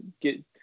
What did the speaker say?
get